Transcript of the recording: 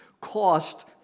cost